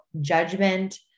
judgment